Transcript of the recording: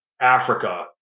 Africa